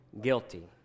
guilty